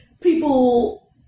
people